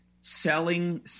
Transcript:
selling